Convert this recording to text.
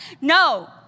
No